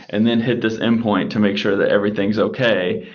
and then hit this endpoint to make sure that everything is okay.